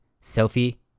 Sophie